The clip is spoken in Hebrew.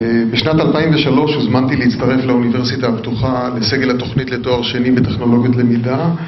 בשנת 2003 הוזמנתי להצטרף לאוניברסיטה הפתוחה לסגל התוכנית לתואר שני בטכנולוגיות למידה.